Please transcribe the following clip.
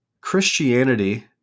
Christianity